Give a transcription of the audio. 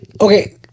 okay